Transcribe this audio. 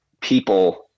people